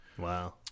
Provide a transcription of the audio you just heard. Wow